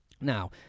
Now